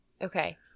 Okay